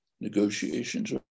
negotiations